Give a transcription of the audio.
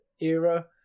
era